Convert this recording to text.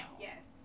Yes